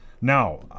Now